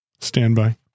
standby